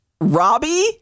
Robbie